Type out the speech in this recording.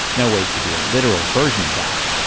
no way could do a literal version of that,